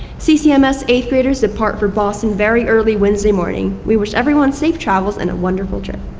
ccms eighth graders depart for boston very early wednesday morning. we wish everyone safe travels and a wonderful trip.